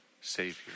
Savior